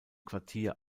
quartier